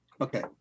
Okay